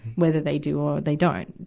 whether they do or they don't,